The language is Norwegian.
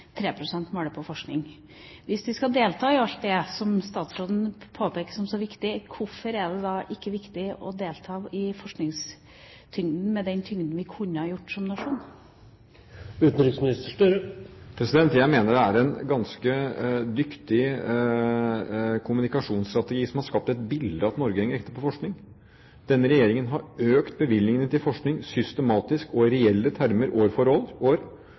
forskning. Hvis vi skal delta i alt det som utenriksministeren påpeker som viktig, hvorfor er det da ikke viktig å delta i forskningen med den tyngden vi kunne gjort som nasjon? Jeg mener det er en ganske dyktig kommunikasjonsstrategi som har skapt et bilde av at Norge henger etter når det gjelder forskning. Denne regjeringen har økt bevilgningene til forskning systematisk og i reelle termer år for år.